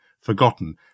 forgotten